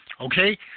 Okay